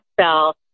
spell